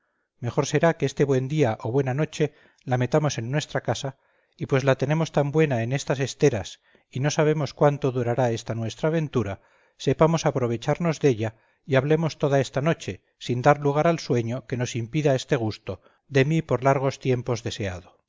mejor será que este buen día o buena noche la metamos en nuestra casa y pues la tenemos tan buena en estas esteras y no sabemos cuánto durará esta nuestra ventura sepamos aprovecharnos della y hablemos toda esta noche sin dar lugar al sueño que nos impida este gusto de mí por largos tiempos deseado